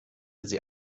sie